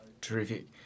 Terrific